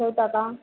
ठेवता का